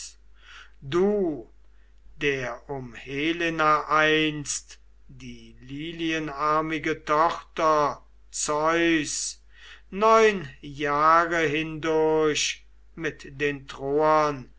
du der um helena einst die lilienarmichte tochter zeus neun jahre hindurch mit den troern